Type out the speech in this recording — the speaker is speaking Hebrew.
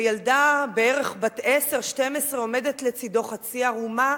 וילדה בערך בת 10 12 עומדת לצדו חצי עירומה,